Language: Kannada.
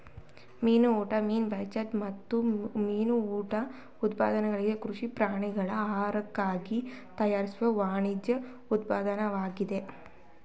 ಮೀನು ಊಟ ಮೀನು ಬೈಕಾಚ್ ಮತ್ತು ಮೀನು ಉಪ ಉತ್ಪನ್ನಗಳಿಂದ ಕೃಷಿ ಪ್ರಾಣಿಗಳ ಆಹಾರಕ್ಕಾಗಿ ತಯಾರಿಸಿದ ವಾಣಿಜ್ಯ ಉತ್ಪನ್ನವಾಗಿದೆ